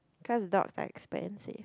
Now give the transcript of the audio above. cause dogs are expensive